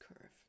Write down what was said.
curve